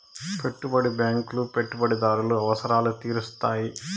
పెట్టుబడి బ్యాంకులు పెట్టుబడిదారుల అవసరాలు తీరుత్తాయి